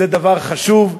זה דבר חשוב,